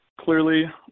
clearly